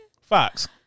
Fox